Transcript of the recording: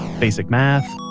basic math,